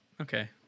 okay